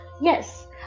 Yes